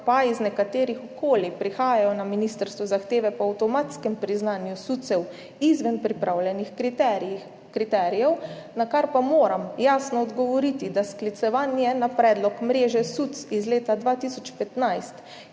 pa iz nekaterih okolij prihajajo na ministrstvo zahteve po avtomatskem priznanju SUC izven pripravljenih kriterijev, na kar pa moram jasno odgovoriti, da sklicevanje na predlog mreže SUC iz leta 2015,